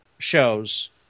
Shows